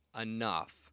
enough